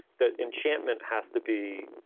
that enchantment has to be.